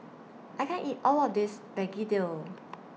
I can't eat All of This Begedil